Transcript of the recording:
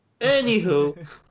Anywho